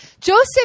Joseph